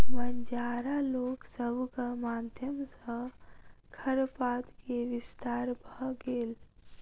बंजारा लोक सभक माध्यम सॅ खरपात के विस्तार भ गेल